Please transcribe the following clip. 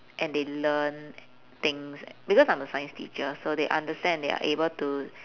and they learn things because I'm a science teacher so they understand and they are able to